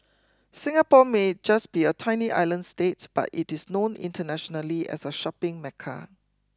Singapore may just be a tiny island state but it is known internationally as a shopping mecca